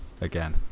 again